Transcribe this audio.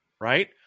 right